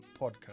podcast